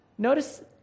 Notice